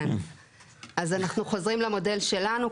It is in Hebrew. אז אנחנו חוזרים למודל שלנו.